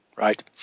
Right